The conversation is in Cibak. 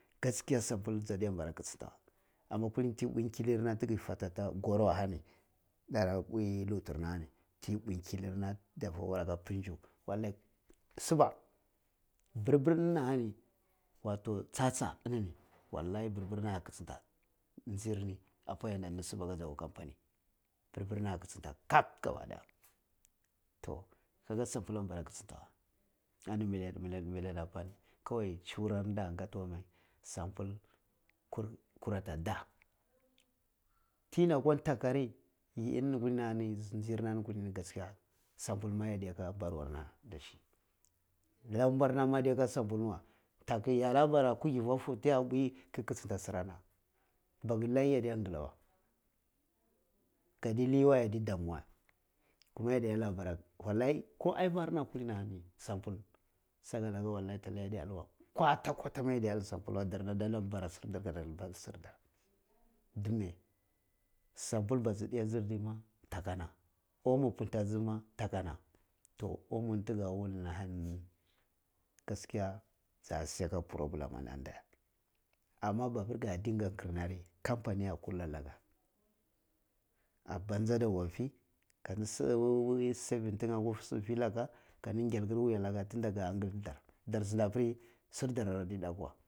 Gaskiya sabul jadi pu ka kichinta wey amma ini kulini ti impuyi kili nar ti fati ata goro ahani tara npuyi lutu na ahani ti npuyi killirna tabor aka pun chu wallai seeba, bir-bir ni ahani wato cha cha mi wallahi bir-bir ni ah kichinta jir ni apa yanda tuni sib aka ja akwa company, bir bir ni a kichintab kab ka batagi toh kaga sabul ombara kichintah wey ari millet millet apani kowai suru ah ri di kati mai sabul kuri ata da tin a ntagwu ri yi ini ni kaluni yi zindi jir na kalini abani gaskiya sabut ma yadda ka bar we neh wey dashi la kumar na ma ad aka sabul ni wey ndaku ana ti yabara ku ki fa fu ti ya npuyi ke kichinta siran a bakilai ya tata ngila wei kadi li wai ndi domuwa wei. Kuma ya di likka bara, wallai ko ayifarna kulini sabul salaka wallai tallahi yadai dilba we koita-kota ma yadde dil sabul wei dar da lika ban ka dar dilba sir dar dun me? Sabul bayi nti ayidai ma takana. Omo punta ji ma takana to homo ni fi ga wul ni ahani gaskiya ja siya ka problem ana ndye amma babir ka din ga kir na ri kah anni ah kulla ana na gia akan ja da wofi kani si a saving ti iya wut sila ka kani kyar wuja laka tun da kadir da, dar zinda apiri sir da-ari adi ndaku wei.